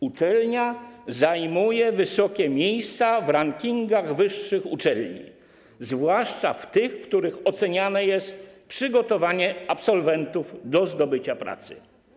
Uczelnia zajmuje wysokie miejsca w rankingach wyższych uczelni, zwłaszcza w tych, w których oceniane jest przygotowanie absolwentów do zdobycia pracy.